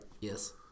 Yes